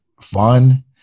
fun